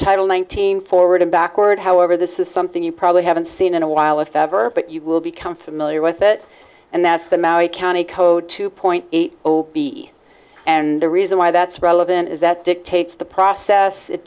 title nineteen forward and backward however this is something you probably haven't seen in a while if ever but you will become familiar with it and that's the maui county code two point eight zero p and the reason why that's relevant is that dictates the process